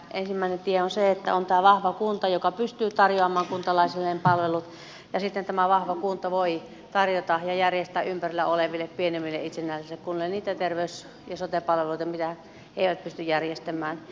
ensimmäinen tie on se että on tämä vahva kunta joka pystyy tarjoamaan kuntalaisilleen palvelut ja sitten tämä vahva kunta voi tarjota ja järjestää ympärillä oleville pienemmille itsenäisille kunnille niitä terveys ja sote palveluita mitä ne eivät pysty järjestämään